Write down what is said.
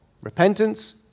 Repentance